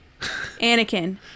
Anakin